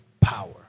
power